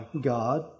God